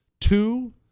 Two